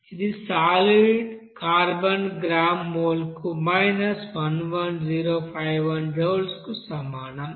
ఇది solid carbon gram మోల్కు 11051 joules కు సమానం